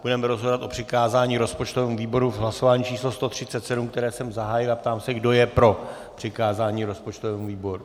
Budeme rozhodovat o přikázání rozpočtovému výboru v hlasování pořadové číslo 137, které jsem zahájil, a ptám se, kdo je pro přikázání rozpočtovému výboru.